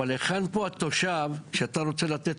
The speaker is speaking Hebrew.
היכן פה התושב שאתה רוצה לתת לו.